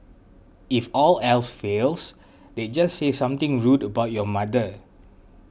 if all else fails they'd just say something rude about your mother